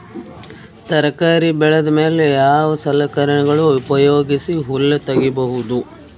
ತರಕಾರಿ ಬೆಳದ ಮೇಲೆ ಯಾವ ಸಲಕರಣೆಗಳ ಉಪಯೋಗಿಸಿ ಹುಲ್ಲ ತಗಿಬಹುದು?